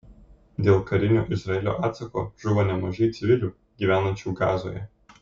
dėl karinio izraelio atsako žuvo nemažai civilių gyvenančių gazoje